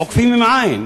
עוקפים, בעי"ן.